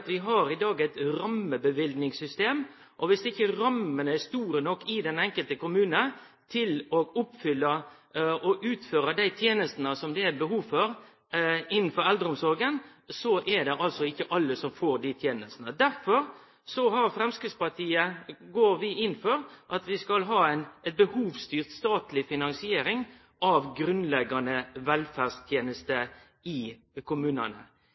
sanninga. Vi har i dag eit rammeløyvingssystem, og dersom ikkje rammene er store nok i den enkelte kommunen til å oppfylle og utføre dei tenestene som det er behov for innanfor eldreomsorga, er det altså ikkje alle som får dei tenestene. Derfor går Framstegspartiet inn for at vi skal ei behovsstyrt statleg finansiering av grunnleggjande velferdstenester i